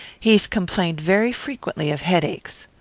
he's complained very frequently of headaches.